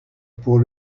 pour